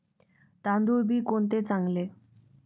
तांदूळ बी कोणते चांगले?